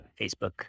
Facebook